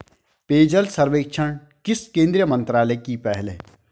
पेयजल सर्वेक्षण किस केंद्रीय मंत्रालय की पहल है?